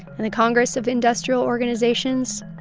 and the congress of industrial organizations,